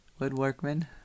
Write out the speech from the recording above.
woodworkman